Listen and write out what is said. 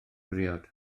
briod